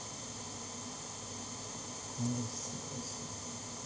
I see I see